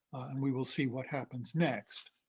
and we will see what happens next.